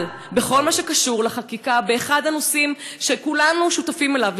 אבל בכל מה שקשור לחקיקה באחד הנושאים שכולנו שותפים לו,